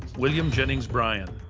william jennings bryan,